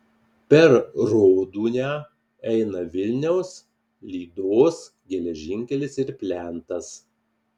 per rodūnią eina vilniaus lydos geležinkelis ir plentas